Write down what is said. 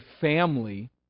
family